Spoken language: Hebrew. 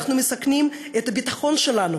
אנחנו מסכנים את הביטחון שלנו.